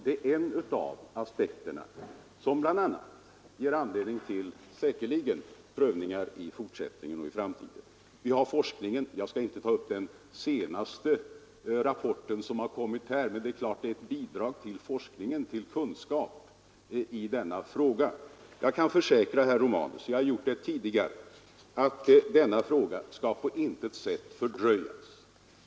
Det är en av de aspekter som säkerligen ger anledning till prövning i framtiden. Jag skall inte här diskutera den senaste forskningsrapporten, men det är klart att den är ett bidrag till kunskap i denna fråga. Jag kan försäkra herr Romanus liksom jag har gjort tidigare att denna fråga skall på intet sätt fördröjas.